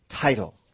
title